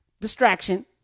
distraction